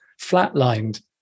flatlined